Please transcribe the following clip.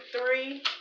three